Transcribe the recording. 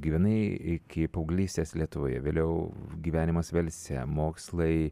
gyvenai iki paauglystės lietuvoje vėliau gyvenimas velse mokslai